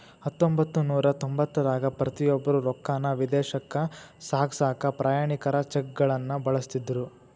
ಹತ್ತೊಂಬತ್ತನೂರ ತೊಂಬತ್ತರಾಗ ಪ್ರತಿಯೊಬ್ರು ರೊಕ್ಕಾನ ವಿದೇಶಕ್ಕ ಸಾಗ್ಸಕಾ ಪ್ರಯಾಣಿಕರ ಚೆಕ್ಗಳನ್ನ ಬಳಸ್ತಿದ್ರು